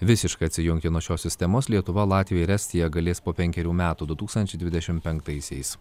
visiškai atsijungti nuo šios sistemos lietuva latvija ir estija galės po penkerių metų du tūkstančiai dvidešim penktaisiais